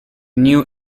new